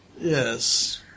Yes